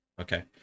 Okay